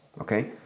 Okay